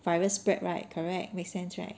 virus spread right correct makes sense right